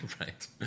Right